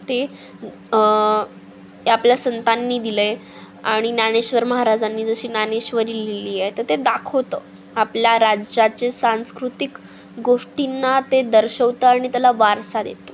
ते आपल्या संतांनी दिलं आहे आणि ज्ञानेश्वर महाराजांनी जशी ज्ञानेश्वरी लिहिली आहे तर ते दाखवतं आपल्या राज्याचे सांस्कृतिक गोष्टींना ते दर्शवतं आणि त्याला वारसा देतो